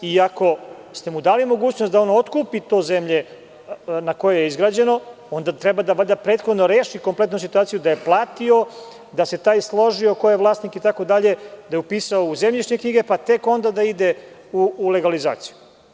Drugo, i ako ste mu dali mogućnost da on otkupi tu zemlju na kojoj je izgrađeno, valjda prvo treba da reši kompletnu situaciju da je platio, da se taj složio ko je vlasnik itd, da je upisao u zemljišne knjige, pa tek onda da ide u legalizaciju.